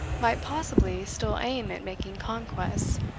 might possibly still aim at making conquests